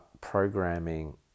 programming